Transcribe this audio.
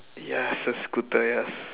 ya it's a scooter yes